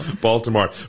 Baltimore